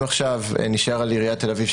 אם נישאר על עיריית תל אביב,